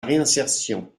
réinsertion